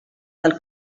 del